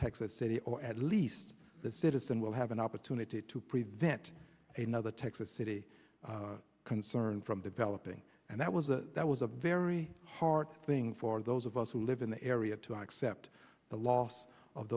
texas city or at least the citizen will have an opportunity to prevent another texas city concern from developing and that was a that was a very hard thing for those of us who live in the area to accept the loss of